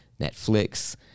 Netflix